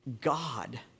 God